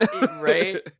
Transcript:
Right